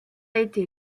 été